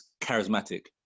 charismatic